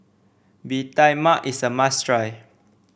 Bee Tai Mak is a must try